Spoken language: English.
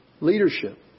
Leadership